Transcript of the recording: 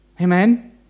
Amen